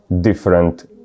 different